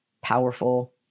powerful